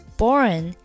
born